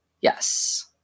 Yes